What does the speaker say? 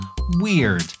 weird